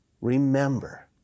Remember